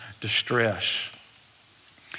distress